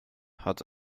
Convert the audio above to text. hat